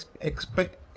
expect